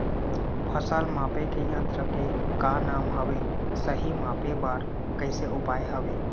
फसल मापे के यन्त्र के का नाम हवे, सही मापे बार कैसे उपाय हवे?